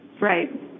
Right